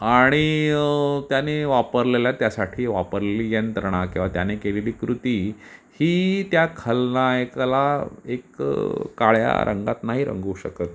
आणि त्याने वापरलेल्या त्यासाठी वापरलेली यंत्रणा किंवा त्याने केलेली कृती ही त्या खलनायकाला एक काळ्या रंगात नाही रंगवू शकत